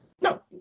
No